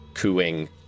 cooing